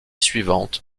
suivante